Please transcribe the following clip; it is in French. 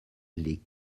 les